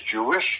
Jewish